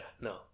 no